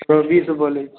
चौबीसँ बोलै छी